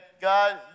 God